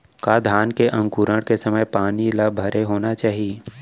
का धान के अंकुरण के समय पानी ल भरे होना चाही?